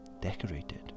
decorated